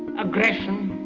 aggression,